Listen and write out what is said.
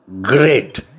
great